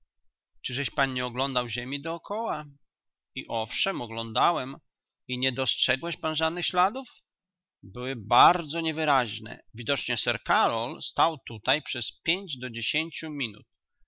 uwagę czyżeś pan nie oglądał ziemi dokoła i owszem oglądałem i nie dostrzegłeś pan żadnych śladów były bardzo niewyraźne widocznie sir karol stał tutaj przez pięć do dziesięciu minut